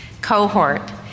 cohort